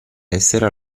essere